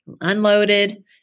unloaded